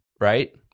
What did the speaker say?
right